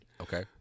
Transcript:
Okay